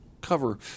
cover